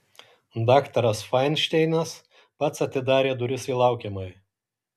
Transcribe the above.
daktaras fainšteinas pats atidarė duris į laukiamąjį